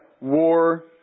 war